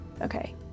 Okay